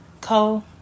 Cole